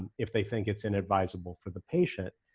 if they think it's inadvisable for the patient.